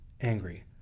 angry